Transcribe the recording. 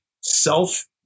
self